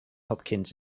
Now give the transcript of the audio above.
hopkins